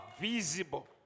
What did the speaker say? visible